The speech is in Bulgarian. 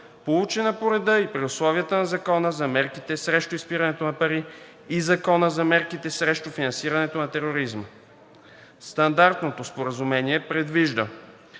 получена по реда и при условията на Закона за мерките срещу изпирането на пари и Закона за мерките срещу финансирането на тероризма. Стандартното споразумение предвижда